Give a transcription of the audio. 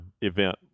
event